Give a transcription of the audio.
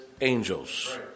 angels